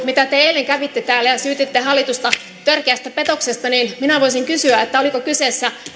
mitä te eilen kävitte täällä ja syytitte hallitusta törkeästä petoksesta minä voisin kysyä oliko kyseessä